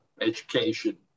education